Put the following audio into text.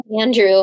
Andrew